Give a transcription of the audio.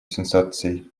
сенсацией